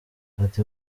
ati